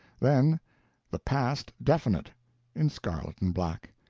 then the past definite in scarlet and black,